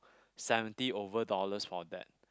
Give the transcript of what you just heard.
seventy over dollars for that